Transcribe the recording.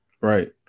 Right